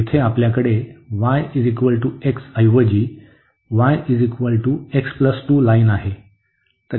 येथे आपल्याकडे y x ऐवजी y x 2 लाइन आहे